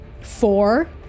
Four